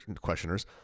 questioners